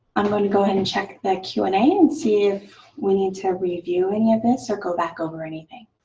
i'm going to go ahead and check the q and a and see if we need to review any of this or go back over anything.